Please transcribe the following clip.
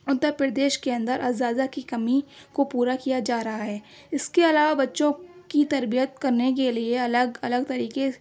اتر پردیش کے اندر اساتذہ کی کمی کو پورا کیا جا رہا ہے اس کے علاوہ بچوں کی تربیت کرنے کے لیے الگ الگ طریقے